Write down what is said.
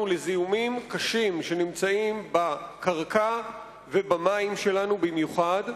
לזיהומים קשים שנמצאים בקרקע ובמים שלנו במיוחד.